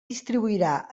distribuirà